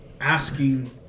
asking